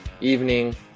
evening